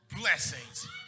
blessings